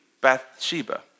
Bathsheba